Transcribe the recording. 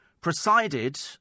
presided